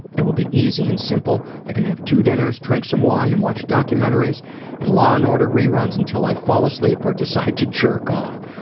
it will be easy and simple, i can have two dinners, drink some wine and watch documentaries and law and order reruns until i fall asleep or decide to jerk off.